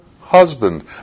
husband